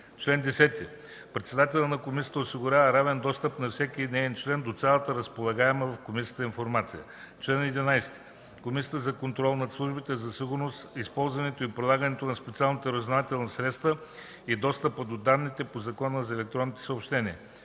Чл.10. Председателят на Комисията осигурява равен достъп на всеки неин член до цялата разполагаема в Комисията информация. Чл. 11. Комисията за контрол над службите за сигурност, използването и прилагането на специалните разузнавателни средства и достъпа до данните по Закона за електронните съобщения: